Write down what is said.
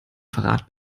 verrat